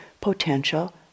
potential